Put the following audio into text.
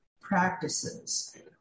practices